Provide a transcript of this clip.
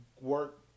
work